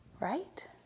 right